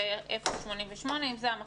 זה 0.88. אם זה המחמיר,